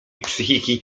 psychiki